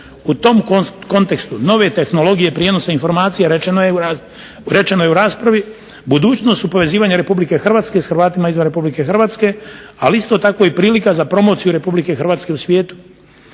U tom kontekstu nove tehnologije prijenosa informacija rečeno je u raspravi budućnost u povezivanju Republike Hrvatske s Hrvatima izvan Republike Hrvatske ali isto tako i prilika za promociju Republike Hrvatske u svijetu.